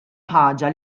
ħaġa